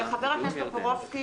חבר הכנסת טופורובסקי,